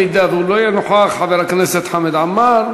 אם לא יהיה נוכח, חבר הכנסת חמד עמאר.